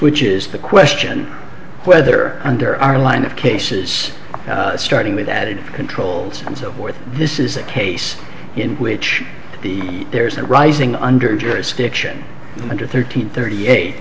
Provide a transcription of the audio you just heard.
which is the question whether under our line of cases starting with added controls and so forth this is a case in which the there's that rising under jurisdiction under thirteen thirty eight